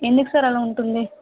ఎందుకు సార్ అలా ఉంటుంది